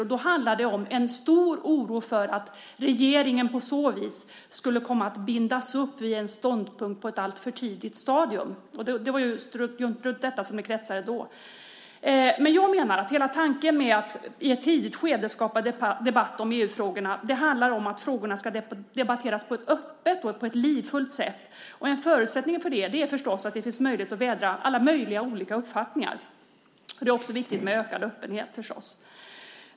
Och då handlar det om en stor oro för att regeringen på så vis skulle komma att bindas upp vid en ståndpunkt på ett alltför tidigt stadium. Det var runt detta som det kretsade då. Jag menar att hela tanken med att i ett tidigt skede skapa debatt om EU-frågorna handlar om att frågorna ska debatteras på ett öppet och livfullt sätt. En förutsättning för det är förstås att det finns möjlighet att vädra alla möjliga olika uppfattningar. Det är förstås också viktigt med ökad öppenhet.